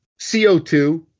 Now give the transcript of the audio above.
CO2